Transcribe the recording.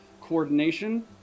coordination